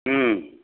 ओम